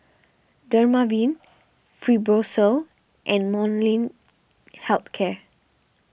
Dermaveen Fibrosol and Molnylcke Health Care